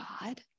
God